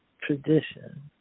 tradition